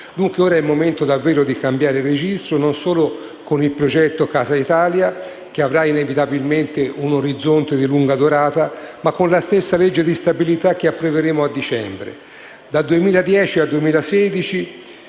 davvero il momento di cambiare registro, e non solo con il progetto Casa Italia, che avrà inevitabilmente un orizzonte di lunga durata, ma con la stessa legge di stabilità che approveremo a dicembre.